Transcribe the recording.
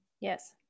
yes